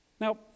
Now